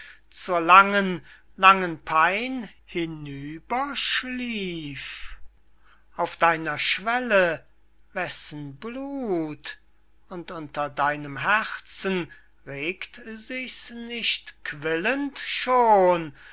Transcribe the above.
zur langen langen pein hinüberschlief auf deiner schwelle wessen blut und unter deinem herzen regt sich's nicht quillend schon